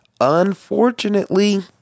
unfortunately